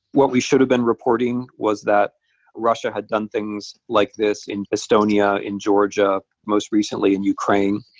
what we should have been reporting was that russia had done things like this in estonia, in georgia, most recently in ukraine.